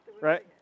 Right